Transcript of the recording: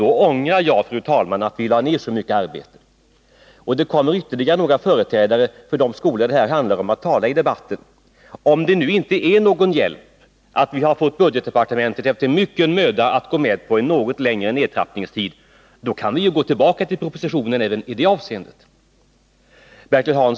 Då ångrar jag, fru talman, att vi lade ned så mycket arbete. Ytterligare några företrädare för de skolor det här handlar om kommer att tala i debatten. Om det nu inte är någon hjälp att vi, efter mycken möda, har fått budgetministern att gå med på något längre nedtrappningstid, då kan vi ju gå tillbaka till propositionen även i det avseendet.